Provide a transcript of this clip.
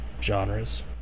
genres